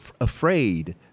afraid